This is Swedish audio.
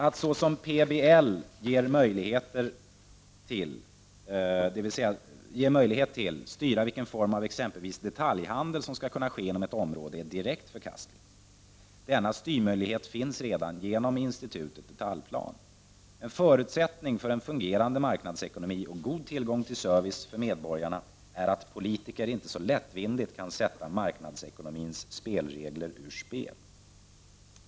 Att, såsom PBL ger möjlighet till, styra vilken form av exempelvis detaljhandel som skall kunna ske inom ett område är direkt förkastligt. Denna styrmöjlighet finns redan genom institutet detaljplan. En förutsättning för en fungerande marknadsekonomi och god tillgång till service för medborgarna är att politiker inte så lättvindigt kan sätta marknadsekonomins spelregler ur spel.